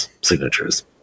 signatures